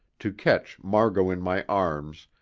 to catch margot in my arms,